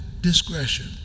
discretion